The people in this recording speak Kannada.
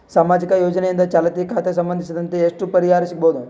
ಸಾಮಾಜಿಕ ಯೋಜನೆಯಿಂದ ಚಾಲತಿ ಖಾತಾ ಸಂಬಂಧಿಸಿದಂತೆ ಎಷ್ಟು ಪರಿಹಾರ ಸಿಗಬಹುದು?